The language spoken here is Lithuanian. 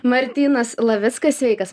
martynas lavickas sveikas